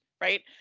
right